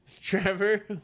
Trevor